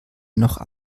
noch